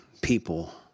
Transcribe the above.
people